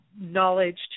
knowledge